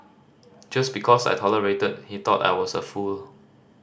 just because I tolerated he thought I was a fool